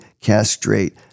castrate